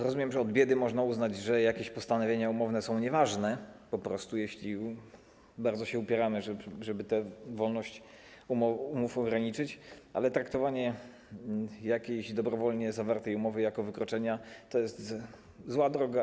Rozumiem, że od biedy można uznać, że jakieś postanowienia umowne są po prostu nieważne, jeśli bardzo się upieramy, żeby tę wolność umów ograniczyć, ale traktowanie jakiejś dobrowolnie zawartej umowy jako wykroczenia to jest zła droga.